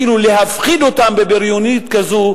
כאילו להפחיד אותם בבריוניות כזו,